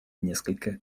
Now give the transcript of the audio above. несколько